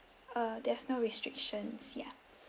uh there's no restriction ya